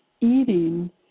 eating